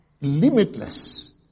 limitless